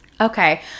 Okay